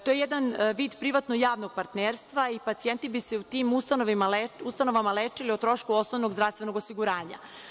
To je jedan vid privatno – javnog partnerstva i pacijenti bi se u tim ustanovama lečili o trošku osnovnog zdravstvenog osiguranja.